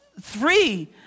Three